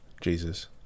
Jesus